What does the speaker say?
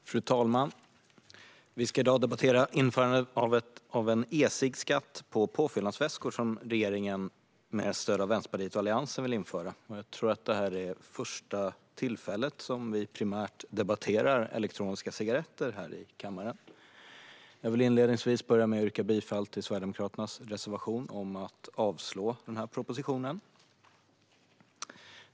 Beskattning av elektro-niska cigaretter och vissa andra nikotin-haltiga produkter Fru talman! Vi ska i dag debattera den e-ciggskatt på påfyllnadsvätskor som regeringen med stöd av Vänsterpartiet och Alliansen vill införa. Jag tror att detta är det första tillfälle då vi primärt debatterar elektroniska cigaretter här i kammaren. Jag vill börja med att yrka bifall till Sverigedemokraternas reservation om att avslå propositionen.